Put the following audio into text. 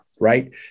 right